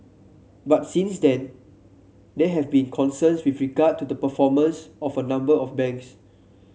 but since then there have been concerns with regard to the performance of a number of banks